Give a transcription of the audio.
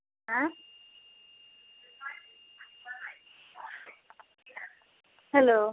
hello